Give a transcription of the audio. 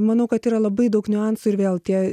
manau kad yra labai daug niuansų ir vėl tie